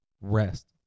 rest